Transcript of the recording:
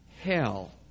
hell